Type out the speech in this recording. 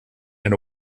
and